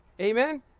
Amen